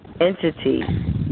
entity